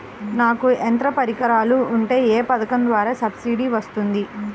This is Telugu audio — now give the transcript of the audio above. నాకు యంత్ర పరికరాలు ఉంటే ఏ పథకం ద్వారా సబ్సిడీ వస్తుంది?